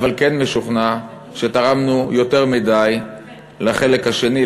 אבל אני כן משוכנע שתרמנו יותר מדי לחלק השני,